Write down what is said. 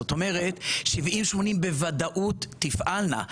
זאת אומרת ש-70, 80 בוודאות תפעלנה.